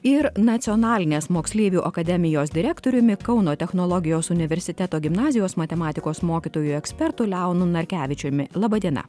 ir nacionalinės moksleivių akademijos direktoriumi kauno technologijos universiteto gimnazijos matematikos mokytoju ekspertu leonu narkevičiumi laba diena